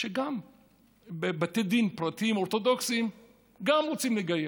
גם בתי דין פרטיים אורתודוקסיים רוצים לגייר,